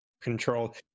control